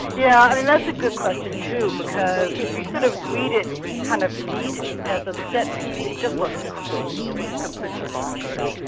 yeah and and that's a good question too, because as you sort of read it kind of neat as a set piece it just looks crazy, it looks completely bonkers.